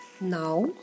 Now